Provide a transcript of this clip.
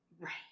Right